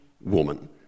woman